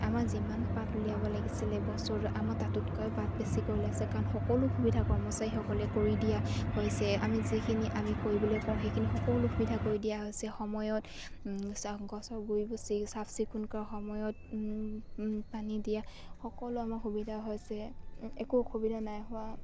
আমাৰ যিমান পাত উলিয়াব লাগিছিলে বছৰত আমাৰ তাতোতকৈ পাত বেছি কৰি উলাইছে কাৰণ সকলো সুবিধা কৰ্মচাৰীসকলক কৰি দিয়া হৈছে আমি যিখিনি আমি কৰিবলৈ কওঁ সেইখিনি সকলো সুবিধা কৰি দিয়া হৈছে সময়ত গছৰ গুৰি চাফ চিকুণ কৰাৰ সময়ত পানী দিয়া সকলো আমাৰ সুবিধা হৈছে একো অসুবিধা নাই হোৱা